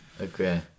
okay